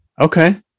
Okay